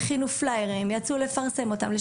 הכינו פליירים ויצאו לפרסם אותם.